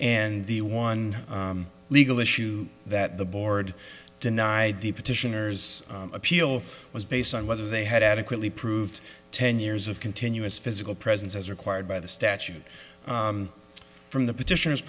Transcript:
and the one legal issue that the board denied the petitioners appeal was based on whether they had adequately proved ten years of continuous physical presence as required by the statute from the petitioners